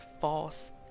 false